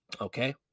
Okay